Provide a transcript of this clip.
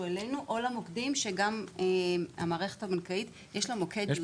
אלינו או למוקדים שגם למערכת הבנקאית יש מוקד בשפה.